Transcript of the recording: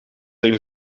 een